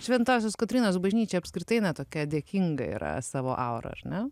šventosios kotrynos bažnyčia apskritai na tokia dėkinga yra savo aura ar ne